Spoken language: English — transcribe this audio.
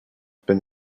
been